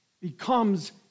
becomes